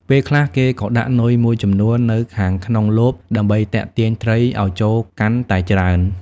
ពេលខ្លះ គេក៏ដាក់នុយមួយចំនួននៅខាងក្នុងលបដើម្បីទាក់ទាញត្រីឲ្យចូលកាន់តែច្រើន។